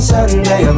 Sunday